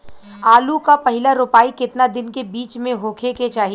आलू क पहिला रोपाई केतना दिन के बिच में होखे के चाही?